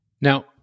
Now